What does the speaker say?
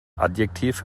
adjektiv